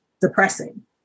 depressing